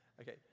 Okay